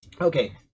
Okay